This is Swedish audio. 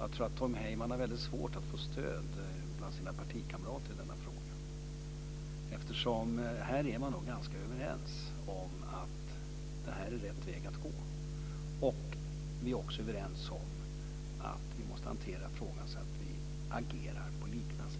Jag tror att Tom Heyman har svårt att få stöd bland sina partikamrater i denna fråga. Här är vi nog ganska överens om att detta är rätt väg att gå. Vi är också överens om att vi måste hantera frågan så att vi agerar på